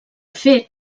fet